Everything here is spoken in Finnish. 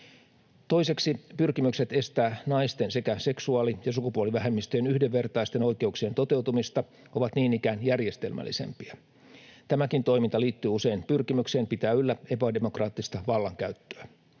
Toiseksi pyrkimykset estää naisten sekä seksuaali- ja sukupuolivähemmistöjen yhdenvertaisten oikeuksien toteutumista ovat niin ikään järjestelmällisempiä. Tämäkin toiminta liittyy usein pyrkimykseen pitää yllä epädemokraattista vallankäyttöä.